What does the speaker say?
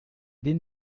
den